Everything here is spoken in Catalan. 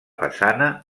façana